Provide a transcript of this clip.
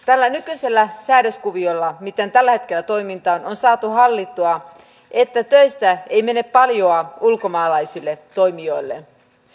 tällä nykyisellä säädöskuviolla miten tällä hetkellä toimitaan on saatu hallittua että töistä ei mene paljoa ulkomaalaisille toimijoille